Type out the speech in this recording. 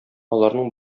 аларның